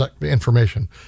information